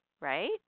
right